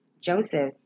Joseph